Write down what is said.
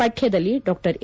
ಪಠ್ಯದಲ್ಲಿ ಡಾ ಎ